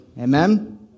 Amen